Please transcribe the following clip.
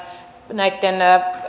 näitten